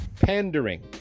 pandering